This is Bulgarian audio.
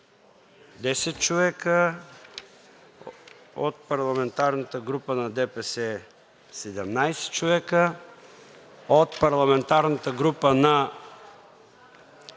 10 човека; от парламентарната група на ДПС – 17 човека; от парламентарната група на